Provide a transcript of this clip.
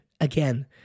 again